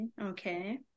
Okay